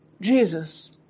Jesus